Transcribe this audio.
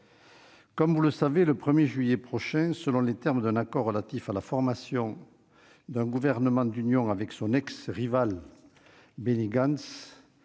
comme vous le savez, le 1 juillet prochain, selon les termes d'un accord relatif à la formation d'un gouvernement d'union avec son ex-rival Benny Gantz,